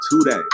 today